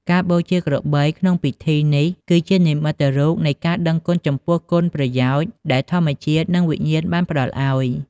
ការបូជាក្របីក្នុងពិធីនេះ គឺជានិមិត្តរូបនៃការដឹងគុណចំពោះគុណប្រយោជន៍ដែលធម្មជាតិ និងវិញ្ញាណបានផ្តល់ឱ្យ។